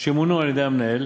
שמונו על-ידי המנהל